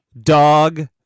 Dog